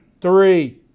three